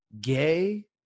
Gay